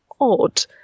odd